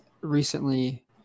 recently